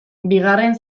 bigarren